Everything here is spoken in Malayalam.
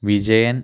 വിജയൻ